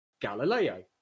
Galileo